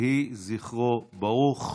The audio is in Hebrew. יהי זכרו ברוך.